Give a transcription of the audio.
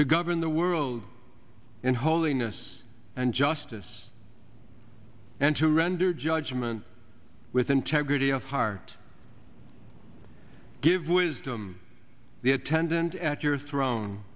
to govern the world in holiness and justice and to render judgment with integrity of heart give with i'm the attendant at your thro